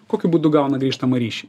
kokiu būdu gauna grįžtamą ryšį